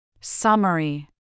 Summary